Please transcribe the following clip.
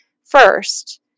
First